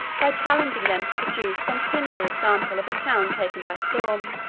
by challenging them to produce some similar example of a town taken by storm,